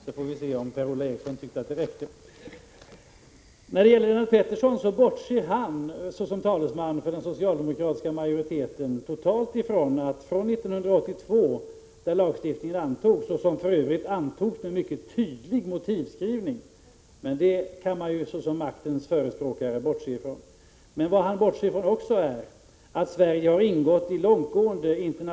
Herr talman! Då skall jag ägna mig åt att tala om Lennart Pettersson. Lennart Pettersson bortser, såsom talesman för den socialdemokratiska majoriteten, totalt ifrån att Sverige efter 1982, när lagstiftningen antogs, har ingått långtgående internationella åtaganden som just har understrukit likabehandlingsprincipen och ömsesidigheten i våra utrikeshandelsrelationer.